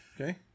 Okay